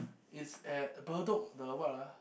it's at Bedok the what ah